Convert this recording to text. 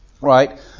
right